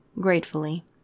gratefully